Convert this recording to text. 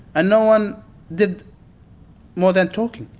ah no one did more than talking.